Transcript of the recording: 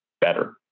better